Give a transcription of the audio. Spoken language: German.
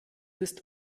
ist